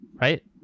Right